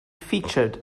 featured